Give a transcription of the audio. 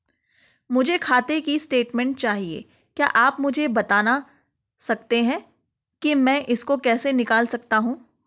मुझे खाते की स्टेटमेंट चाहिए क्या आप मुझे बताना सकते हैं कि मैं इसको कैसे निकाल सकता हूँ?